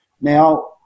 Now